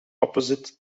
opposite